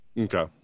Okay